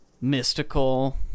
mystical